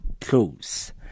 close